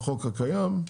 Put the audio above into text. לחוק הקיים,